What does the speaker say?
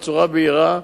בצורה בהירה.